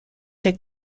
des